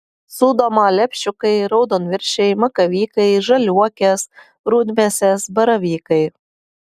sūdoma lepšiukai raudonviršiai makavykai žaliuokės rudmėsės baravykai